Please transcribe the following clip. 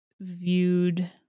viewed